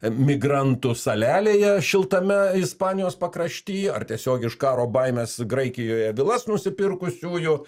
migrantų salelėje šiltame ispanijos pakrašty ar tiesiog iš karo baimės graikijoje vilas nusipirkusiųjų